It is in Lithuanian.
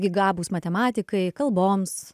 gi gabūs matematikai kalboms